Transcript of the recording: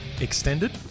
extended